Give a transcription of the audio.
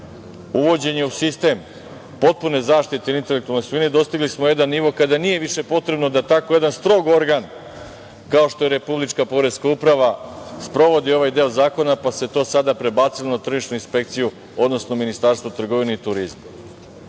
uvođenja u sistem potpune zaštite intelektualne svojine, dostigli smo jedan nivo kada nije više potrebno da tako jedan strog organ kao što je Republička poreska uprava, sprovodi ovaj deo zakona pa se to sada prebacilo na Tržišnu inspekciju, odnosno Ministarstvo trgovine i turizma.